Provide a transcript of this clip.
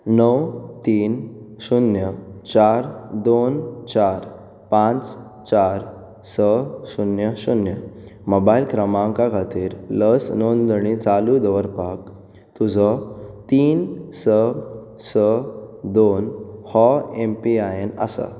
णव तीन शुन्य चार दोन चार पाच चार स शुन्य शुन्य मोबायल क्रमांका खातीर लस नोंदणी चालू दवरपाक तुजो तीन स स दोन हो एमपीआयएन आसा